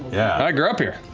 yeah i grew up here.